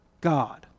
God